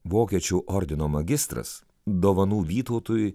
vokiečių ordino magistras dovanų vytautui